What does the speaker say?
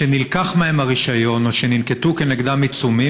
שנלקח מהם הרישיון או שננקטו נגדם עיצומים,